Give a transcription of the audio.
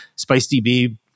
SpiceDB